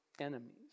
enemies